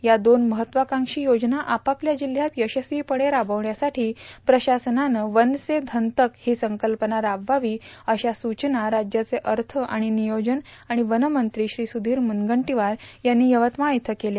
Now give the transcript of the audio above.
या दोन महत्वाकांक्षी योजना आपापल्या जिल्हयात यशस्वीपणं राबविण्यासाठी प्रशासनानं वन से धन तक ही संकल्पना राबवावी अशा सूचना राज्याचे अर्थ आणि नियोजन तथा वनमंत्री श्री सुधीर म्रनगंटीवार यांनी यवतमाळ इथं केल्या